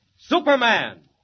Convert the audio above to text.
Superman